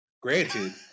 Granted